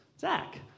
Zach